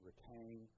retain